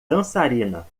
dançarina